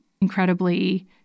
incredibly